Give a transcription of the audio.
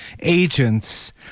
agents